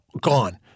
gone